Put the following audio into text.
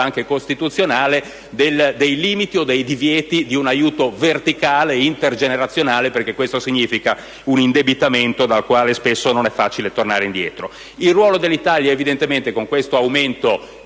anche costituzionale, dei limiti o dei divieti di un aiuto verticale intergenerazionale, perché questo significa un indebitamento dal quale spesso non è facile tornare indietro. Il ruolo dell'Italia evidentemente, con questo aumento